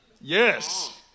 Yes